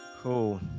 Cool